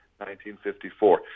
1954